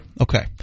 Okay